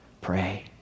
Pray